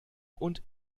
und